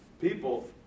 People